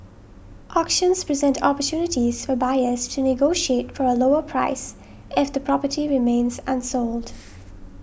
auctions present opportunities for buyers to negotiate for a lower price if the property remains unsold